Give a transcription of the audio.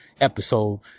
episode